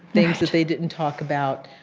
things that they didn't talk about.